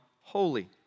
holy